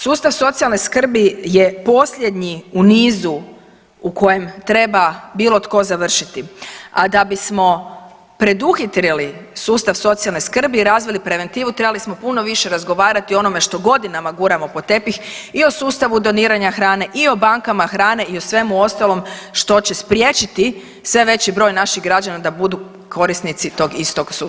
Sustav socijalne skrbi je posljednji u nizu u kojem treba bilo tko završiti, a da bismo preduhitrili sustav socijalne skrbi i razvili preventivu trebali smo puno više razgovarati o onome što godinama guramo pod tepih i o sustavu doniranja hrane i o bankama hrane i o svemu ostalom što će spriječiti sve veći broj naših građana da budu korisnici tog istog sustava.